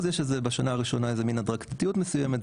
יש בשנה הראשונה איזושהי הדרגתיות מסוימת,